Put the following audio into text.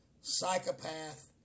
psychopath